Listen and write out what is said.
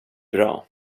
bra